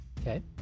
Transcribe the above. Okay